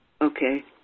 Okay